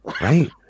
Right